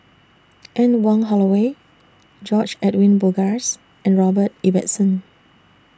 Anne Wong Holloway George Edwin Bogaars and Robert Ibbetson